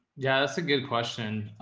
yeah, that's a good question.